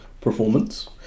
performance